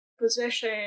position